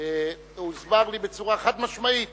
הוסבר לי בצורה חד-משמעית